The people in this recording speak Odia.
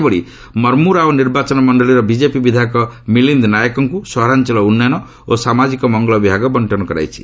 ସେହିଭଳି ମର୍ମୁରାଓ ନିର୍ବାଚନ ମଣ୍ଡଳୀର ବିଜେପି ବିଧାୟକ ମିଲିଦ ନାୟକଙ୍କୁ ସହରାଞ୍ଚଳ ଉନ୍ନୟନ ଓ ସାମାଜିକ ମଙ୍ଗଳ ବିଭାଗ ବର୍ଷନ କରାଯାଇଛି